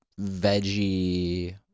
veggie